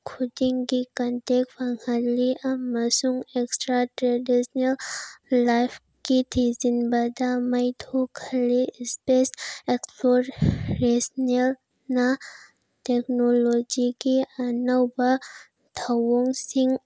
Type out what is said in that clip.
ꯈꯨꯗꯤꯡꯒꯤ ꯀꯟꯇꯦꯛ ꯐꯪꯍꯜꯂꯤ ꯑꯃꯁꯨꯡ ꯑꯦꯛꯁꯇ꯭ꯔꯥ ꯇ꯭ꯔꯦꯗꯤꯁꯟꯅꯦꯜ ꯂꯥꯏꯐꯀꯤ ꯊꯤꯖꯤꯟꯕꯗ ꯃꯩ ꯊꯣꯛꯍꯜꯂꯤ ꯏꯁꯄꯦꯁ ꯑꯦꯛꯁꯄ꯭ꯂꯣꯔꯦꯁꯅꯦꯜꯅ ꯇꯦꯛꯅꯣꯂꯣꯖꯤꯒꯤ ꯑꯅꯧꯕ ꯊꯧꯑꯣꯡꯁꯤꯡ